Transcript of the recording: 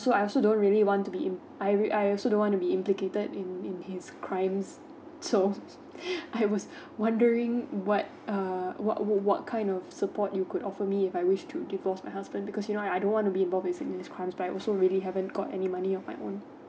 so I also don't really want to be in~ I I also don't want to be implicated in in his crimes so I was wondering what uh what would what kind of support you could offer me if I wish to divorce my husband because you know I don't want to be involved in his crimes but I also really haven't got any money of my own